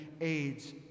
AIDS